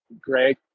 Greg